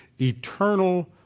eternal